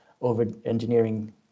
over-engineering